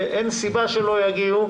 ואין סיבה שלא יגיעו,